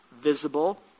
visible